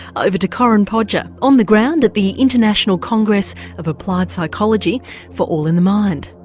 over to corinne podger on the ground at the international congress of applied psychology for all in the mind.